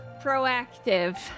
proactive